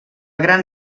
gran